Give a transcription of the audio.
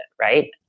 right